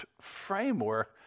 framework